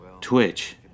Twitch